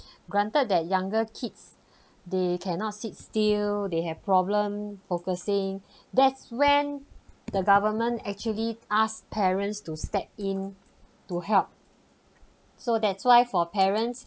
granted that younger kids they cannot sit still they have problem focusing that's when the government actually ask parents to step in to help so that's why for parents